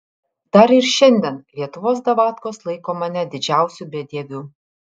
dar ir šiandien lietuvos davatkos laiko mane didžiausiu bedieviu